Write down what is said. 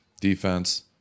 defense